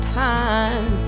time